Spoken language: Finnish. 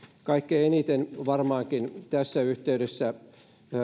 kaikkein eniten käytiin tässä yhteydessä